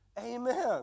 Amen